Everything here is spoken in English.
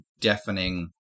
deafening